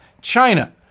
China